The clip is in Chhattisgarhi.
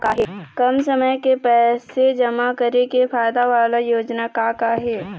कम समय के पैसे जमा करे के फायदा वाला योजना का का हे?